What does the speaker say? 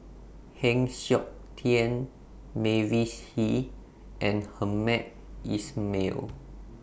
Heng Siok Tian Mavis Hee and Hamed Ismail